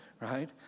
right